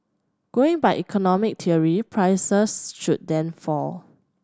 going by economic theory prices should then fall